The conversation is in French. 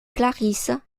clarisses